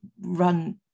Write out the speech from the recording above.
run